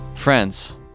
Friends